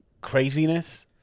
craziness